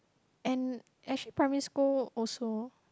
and actually primary school also